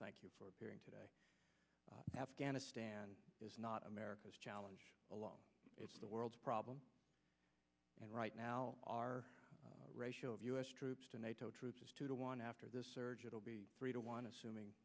thank you for appearing today afghanistan is not america's challenge alone it's the world's problem and right now our ratio of u s troops to nato troops to the one after this surge will be three to one assuming